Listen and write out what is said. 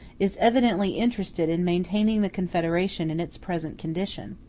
is evidently interested in maintaining the confederation in its present condition,